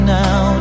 now